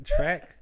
Track